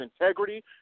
integrity